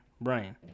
brian